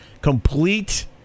Complete